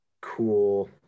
cool